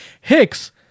Hicks